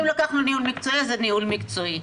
אם לקחנו ניהול מקצועי, אז זה ניהול מקצועי.